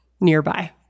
nearby